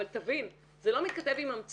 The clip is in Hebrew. שמעון אבל תבין: זה לא מתכתב עם המציאות.